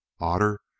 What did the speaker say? otter